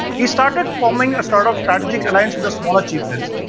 he started forming a sort of strategic alliance with smaller chieftains.